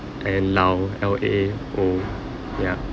and lao L A O ya